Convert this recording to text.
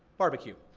barbecue.